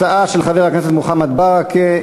הצעה של חבר הכנסת מוחמד ברכה.